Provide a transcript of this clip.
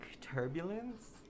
turbulence